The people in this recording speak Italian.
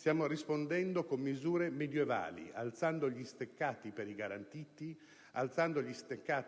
Street - con misure medievali, alzando gli steccati per i garantiti e